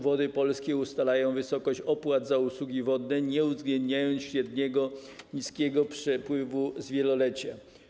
Wody Polskie ustalają wysokość opłat za usługi wodne, nie uwzględniając średniego niskiego przepływu z wielolecia.